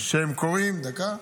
דקה.